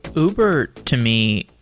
uber, to me,